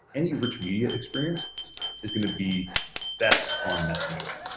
any rich media experience is going to be best on messenger.